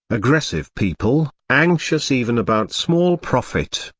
aggressive people, anxious even about small profit,